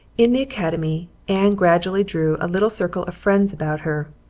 in the academy anne gradually drew a little circle of friends about her,